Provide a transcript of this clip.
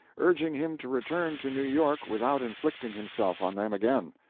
urging him to return to new york without inflicting himself on them again.